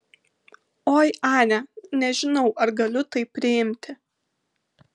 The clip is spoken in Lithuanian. oi ane nežinau ar galiu tai priimti